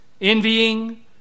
envying